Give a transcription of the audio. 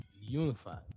unified